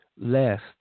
lest